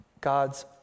God's